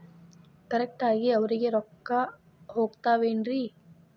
Correct ಆಗಿ ಅವರಿಗೆ ರೊಕ್ಕ ಹೋಗ್ತಾವೇನ್ರಿ?